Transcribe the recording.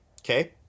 Okay